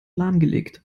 lahmgelegt